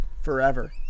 Forever